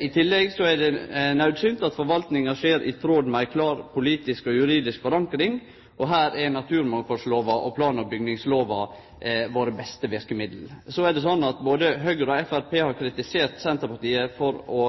I tillegg er det naudsynt at forvaltninga skjer i tråd med ei klar politisk og juridisk forankring. Her er naturmangfaldslova og plan- og bygningslova våre beste verkemiddel. Så er det slik at både Høgre og Framstegspartiet har kritisert Senterpartiet for å